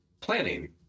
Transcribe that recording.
planning